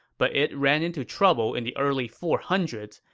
but it ran into trouble in the early four hundred s,